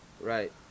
right